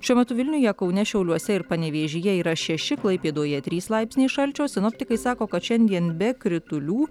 šiuo metu vilniuje kaune šiauliuose ir panevėžyje yra šeši klaipėdoje trys laipsniai šalčio sinoptikai sako kad šiandien be kritulių